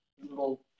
little